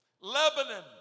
Lebanon